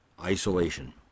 isolation